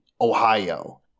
Ohio